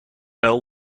bell